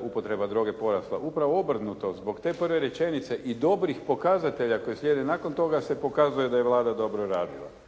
upotreba droge porasla. Upravo obrnuto. Zbog te prve rečenice i dobrih pokazatelja koji slijede nakon toga se pokazuje da je Vlada dobro radila.